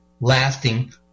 lasting